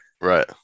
Right